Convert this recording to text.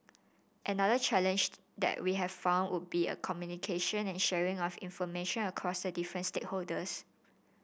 another challenged that we have found would be in communication and sharing of information across the different stakeholders